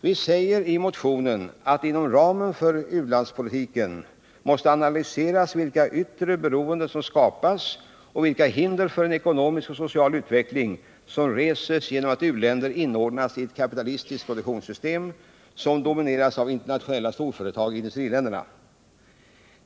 Vi säger i motionen att inom ramen för u-landspolitiken måste analyseras vilka yttre beroenden som skapas och vilka hinder för en ekonomisk och social utveckling som reses genom att u-länder inordnas i ett kapitalistiskt produktionssystem som domineras av internationella storföretag i industriländerna.